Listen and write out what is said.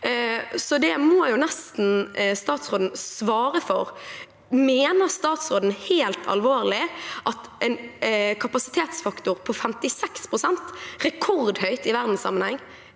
nesten statsråden svare for. Mener statsråden helt alvorlig at en kapasitetsfaktor på 56 pst. – rekordhøyt i verdenssammenheng